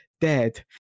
dead